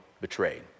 betrayed